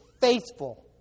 faithful